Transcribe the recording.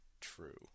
true